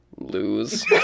Lose